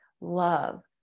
love